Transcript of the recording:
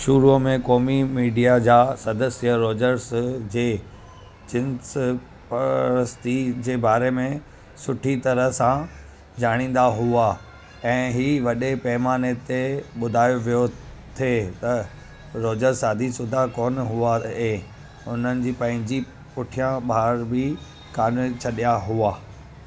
शुरूअ में कौमी मीडिया जा सदस्य रोजर्स जे जिंस्पस्तीअ जे बारे में सुठी तरह सां जाणींदा हुआ ऐं हीअ वॾे पैमाने ते ॿुधायो वियो थे त रोजर्स शादी शुदह कोन्ह हुआ ऐं उन्हनि जी पंहिंजी पुठियां ॿार बि कोन्ह छॾिया हुआ